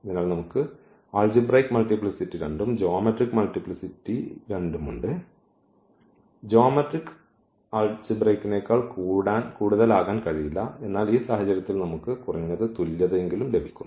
അതിനാൽ നമുക്ക് algebraic multiplicity 2 ഉം ജ്യോമെട്രിക് മൾട്ടിപ്ലിസിറ്റി 2 ഉം ഉണ്ട് ജ്യോമട്രിക് ആൾജിബ്രയ്ക്നേക്കാൾ കൂടുതൽ ആകാൻ കഴിയില്ല എന്നാൽ ഈ സാഹചര്യത്തിൽ നമുക്ക് കുറഞ്ഞത് തുല്യത ലഭിക്കുന്നു